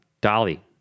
Dolly